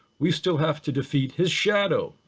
we still have to defeat his shadow,